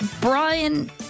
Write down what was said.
Brian